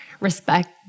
Respect